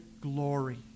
glory